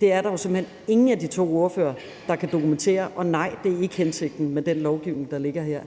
Det er der jo simpelt hen ingen af de to ordførere, der kan dokumentere – og nej, det er ikke hensigten med den lovgivning, der ligger her.